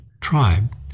tribe